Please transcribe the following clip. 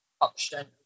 option